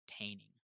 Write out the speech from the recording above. entertaining